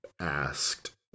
asked